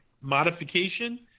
modification